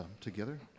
together